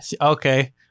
Okay